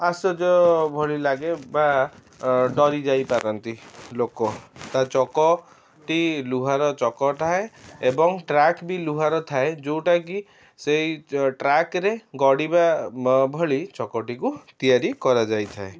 ଆଶ୍ଚର୍ଯ୍ୟ ଭଳି ଲାଗେ ବା ଡରି ଯାଇପାରନ୍ତି ଲୋକ ତା ଚକ ଟି ଲୁହାର ଚକ ଥାଏ ଏବଂ ଟ୍ରାକ୍ ବି ଲୁହାର ଥାଏ ଯେଉଁଟା କି ସେଇ ଟ୍ରାକରେ ଗଡ଼ିବା ଭଳି ଚକ ଟିକୁ ତିଆରି କରାଯାଇଥାଏ